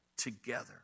together